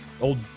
old